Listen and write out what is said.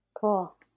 cool